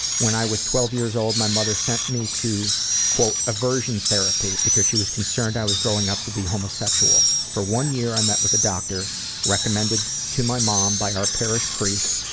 when i was twelve years old, my mother sent me to aversion therapy because she was concerned i was growing up to be homosexual. for one year i met with a doctor recommended to my mom by our parish priest,